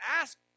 ask